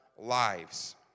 lives